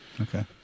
Okay